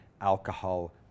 alcohol